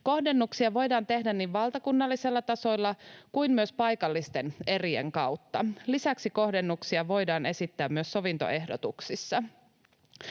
Kohdennuksia voidaan tehdä niin valtakunnallisella tasolla kuin myös paikallisten erien kautta. Lisäksi kohdennuksia voidaan esittää myös sovintoehdotuksissa.